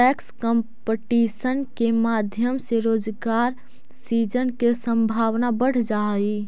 tax competition के माध्यम से रोजगार सृजन के संभावना बढ़ जा हई